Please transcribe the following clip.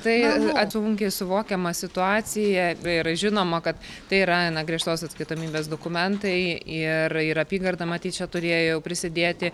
tai sunkiai suvokiama situacija tai yra žinoma kad tai yra gana griežtos atskaitomybės dokumentai ir ir apygarda matyt čia turėjo prisidėti